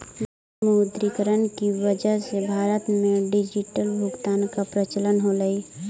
विमुद्रीकरण की वजह से भारत में डिजिटल भुगतान का प्रचलन होलई